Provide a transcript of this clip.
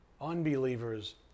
unbelievers